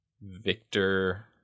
Victor